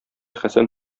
хәсән